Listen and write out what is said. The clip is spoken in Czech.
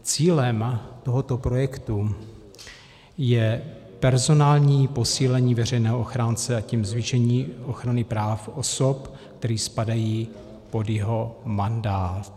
Cílem tohoto projektu je personální posílení veřejného ochránce, a tím zvýšení ochrany práv osob, které spadají pod jeho mandát.